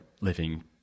living